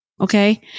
Okay